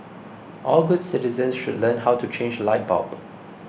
all good citizens should learn how to change light bulb